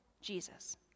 Jesus